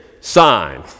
Sign